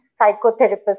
psychotherapist